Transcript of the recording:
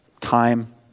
time